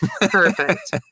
Perfect